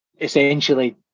essentially